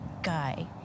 guy